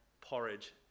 porridge